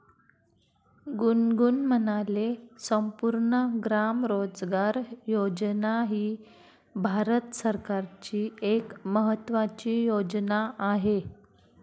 गुनगुन म्हणाले, संपूर्ण ग्राम रोजगार योजना ही भारत सरकारची एक महत्त्वाची योजना आहे